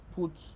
put